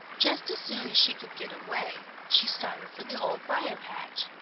just as soon as she could get away, she started for the old briar-patch.